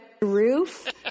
roof